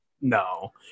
No